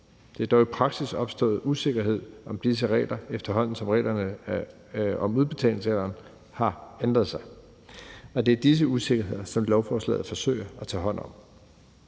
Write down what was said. Der er dog i praksis opstået usikkerhed om disse regler, efterhånden som reglerne om udbetalingsalderen har ændret sig, og det er disse usikkerheder, som lovforslaget forsøger at tage hånd om.